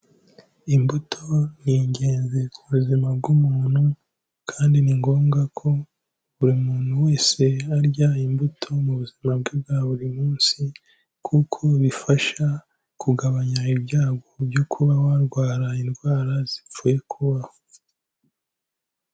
Imbuto ni ingenzi ku buzima bw'umuntu, kandi ni ngombwa ko buri muntu wese arya imbuto mu buzima bwe bwa buri munsi, kuko bifasha kugabanya ibyago byo kuba warwara indwara zipfuye kubaho.